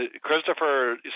Christopher